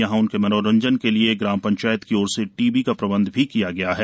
यहां उनके मनोरंजन के लिए ग्राम पंचायत की ओर से टीव्ही का प्रबंध भी किया गया है